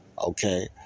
Okay